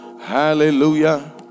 Hallelujah